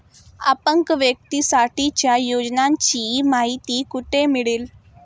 अपंग व्यक्तीसाठीच्या योजनांची माहिती कुठे मिळेल?